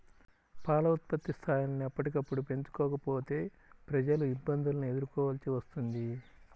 పాల ఉత్పత్తి స్థాయిలను ఎప్పటికప్పుడు పెంచుకోకపోతే ప్రజలు ఇబ్బందులను ఎదుర్కోవలసి వస్తుంది